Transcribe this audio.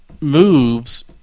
moves